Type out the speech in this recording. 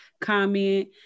comment